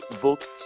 booked